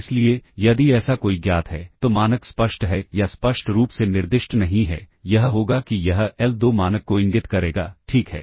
इसलिए यदि ऐसा कोई ज्ञात है तो मानक स्पष्ट है या स्पष्ट रूप से निर्दिष्ट नहीं है यह होगा कि यह l2 मानक को इंगित करेगा ठीक है